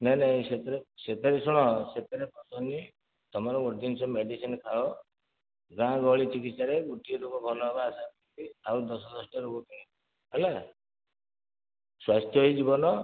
ନାଇଁ ନାଇଁ ସେଥେରେ ଶୁଣ ସେଥେରେ ଭଲନୁହେଁ ତମର ଗୋଟେ ଜିନିଷ ମେଡ଼ିସିନ ଖାଅ ଗାଁ ଗହଳି ଚିକିତ୍ସାରେ ଗୋଟିଏ ରୋଗ ଭଲ ହେବା ଆଶା ରଖିକି ଆଉ ଦଶ ବାରଟା ରୋଗ କିଣିବ ହେଲା ସ୍ୱାସ୍ଥ୍ୟ ହିଁ ଜୀବନ